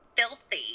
filthy